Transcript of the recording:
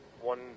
one